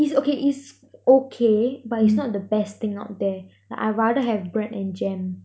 is okay is okay but it's not the best thing out there like I rather have bread and jam